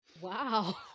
Wow